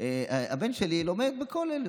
הבן שלי לומד בכולל,